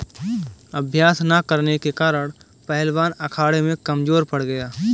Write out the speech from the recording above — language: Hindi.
अभ्यास न करने के कारण पहलवान अखाड़े में कमजोर पड़ गया